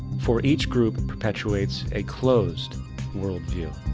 for each group perpetuates a closed world view.